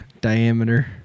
Diameter